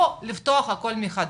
או לפתוח הכול מחדש,